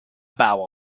bow